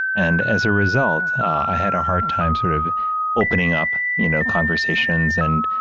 and as a result, i had a hard time sort of opening up, you know, conversations and,